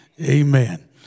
Amen